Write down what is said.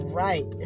right